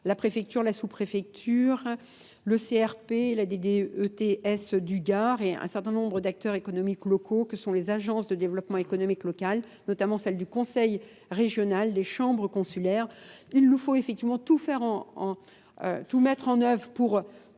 la préfecture, la sous-préfecture, le CRP, la DETS du Gard et un certain nombre d'acteurs économiques locaux que sont les agences de développement économique local, notamment celles du conseil régional, des chambres consulaires. Il nous faut effectivement tout mettre en œuvre pour